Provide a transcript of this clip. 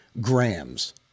Grams